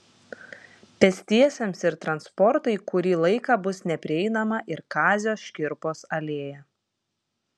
pėstiesiems ir transportui kurį laiką bus neprieinama ir kazio škirpos alėja